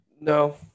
No